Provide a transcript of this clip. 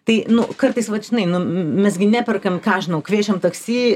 tai nu kartais vat žinai nu mes gi neperkam ką aš žinau kviečiam taksi